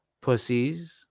pussies